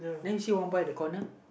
then you see one boy at the corner